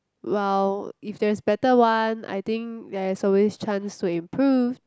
while if there's better one I think there is always chance to improve